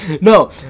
No